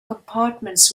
compartments